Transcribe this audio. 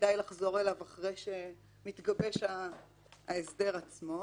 שכדאי לחזור אליו אחרי שמתגבש ההסדר עצמו.